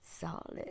Solid